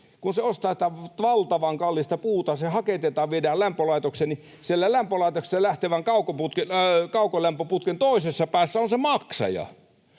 kun se ostaa sitä valtavan kallista puuta, se haketetaan, viedään lämpölaitokseen, niin sieltä lämpölaitoksesta lähtevän kaukolämpöputken toisessa päässä on se maksaja